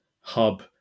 hub